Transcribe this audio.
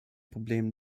problem